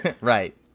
Right